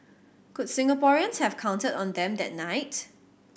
could Singaporeans have counted on them that night